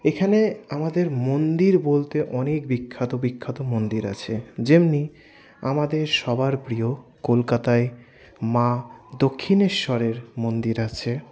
এখানে আমাদের মন্দির বলতে অনেক বিখ্যাত বিখ্যাত মন্দির আছে যেমন আমাদের সবার প্রিয় কলকাতায় মা দক্ষিণেশ্বরের মন্দির আছে